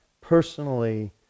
personally